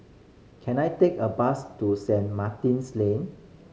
can I take a bus to Saint Martin's Lane